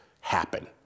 happen